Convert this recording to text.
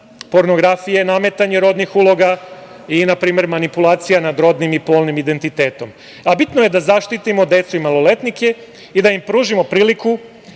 pornografija, nametanje rodnih uloga i, na primer, manipulacija nad rodnim i polnim identitetom. Bitno je da zaštitimo decu i maloletnike i da im pružimo priliku